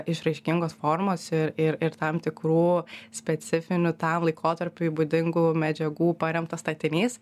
išraiškingos formos ir ir ir tam tikrų specifinių tam laikotarpiui būdingų medžiagų paremtas statinys